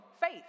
faith